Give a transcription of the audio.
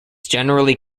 generally